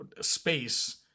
space